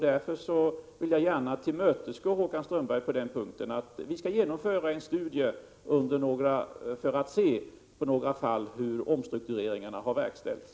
Därför vill jag gärna tillmötesgå Håkan Strömberg på den här punkten: Vi skall genomföra en studie av några fall för att se hur omstruktureringen har verkställts.